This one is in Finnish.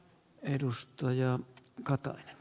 edustajan katolle